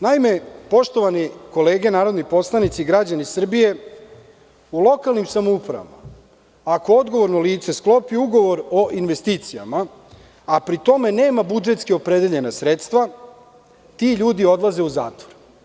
Naime, poštovane kolege narodni poslanici, građani Srbije, u lokalnim samoupravama ako odgovorno lice sklopi ugovor o investicijama, a pri tome nema budžetski opredeljena sredstva, ti ljudi odlaze u zatvor.